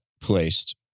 placed